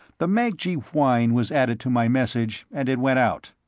the mancji whine was added to my message, and it went out.